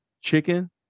chicken